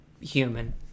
human